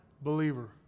believer